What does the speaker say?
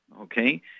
okay